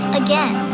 again